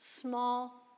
small